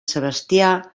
sebastià